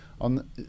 on